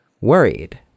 worried